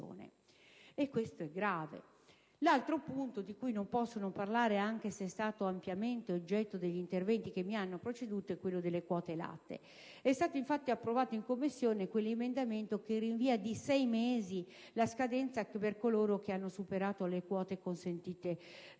E questo è grave. L'altro punto, di cui non posso non parlare anche se è stato ampliamente oggetto degli interventi che mi hanno preceduto, è quello delle quote latte. E' stato infatti approvato in Commissione l'emendamento che rinvia di sei mesi la scadenza per coloro che hanno superato le quote consentite per